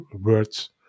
words